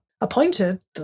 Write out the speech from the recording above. appointed